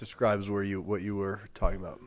describes were you what you were talking about